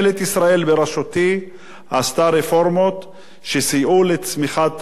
בראשותי עשתה רפורמות שסייעו לצמיחת המשק